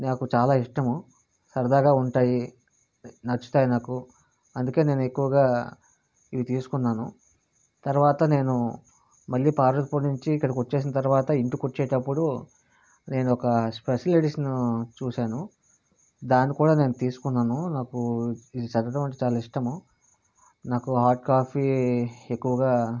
నాకు చాలా ఇష్టము సరదాగా ఉంటాయి నచ్చుతాయి నాకు అందుకే నేను ఎక్కువగా ఇవ్వి తీసుకున్నాను తర్వాత నేను మళ్ళీ పార్వతీపురం నుంచి ఇక్కడికి వచ్చేసిన తర్వాత ఇంటికి వచ్చేటప్పుడు నేను ఒక స్పెషల్ ఎడిషను చూసాను దాన్ని కూడా నేను తీసుకున్నాను నాకు ఇది చదవటం అంటే చాలా ఇష్టము నాకు హార్డ్ కాపి ఎక్కువుగా